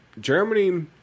Germany